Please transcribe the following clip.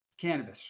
cannabis